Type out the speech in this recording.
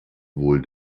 wohl